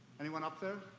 anyone up there?